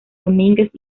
domínguez